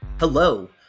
Hello